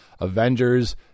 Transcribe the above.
Avengers